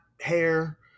hair